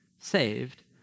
saved